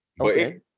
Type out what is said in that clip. Okay